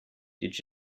did